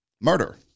Murder